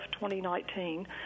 2019